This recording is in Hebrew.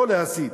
לא להסית,